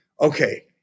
Okay